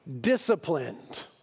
disciplined